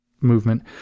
movement